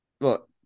look